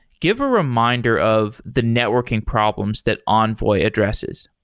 give a reminder of the networking problems that envoy addresses